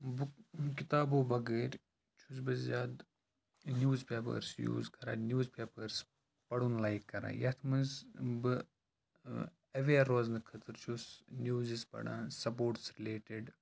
book کِتابو بغٲرۍ چھُس بہٕ زیادٕ نِوٕز پیپٲرٕس یوٗز کَران نِوٕز پیپٲرٕس پَرُن لایِک کَران یَتھ منٛز بہٕ اٮ۪وِیَر روزنہٕ خٲطرٕ چھُس نِوزِز پَران سَپوٹٕس رِلیٹٕڈ